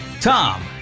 tom